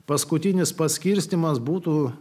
paskutinis paskirstymas būtų